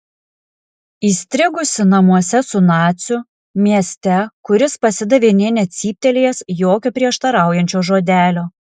įstrigusi namuose su naciu mieste kuris pasidavė nė necyptelėjęs jokio prieštaraujančio žodelio